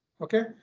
okay